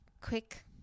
quick